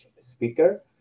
speaker